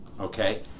okay